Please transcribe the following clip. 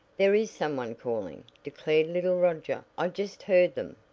there is some one calling, declared little roger. i just heard them.